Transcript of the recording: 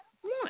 one